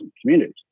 communities